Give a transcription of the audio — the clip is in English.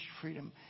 freedom